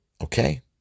Okay